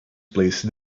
placed